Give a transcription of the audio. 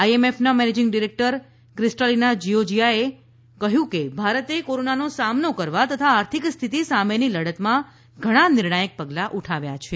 આઇએમએફના managing director Kristalina જીયોજીઆ એ કહ્યું કે ભારતે કોરોનાનો સામનો કરવા તથા આર્થિક સ્થિતિ સામેની લડતમાં ઘણા નિર્ણાયક પગલા ઉઠાવ્યા છે